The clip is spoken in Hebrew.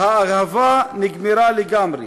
האהבה נגמרה לגמרי.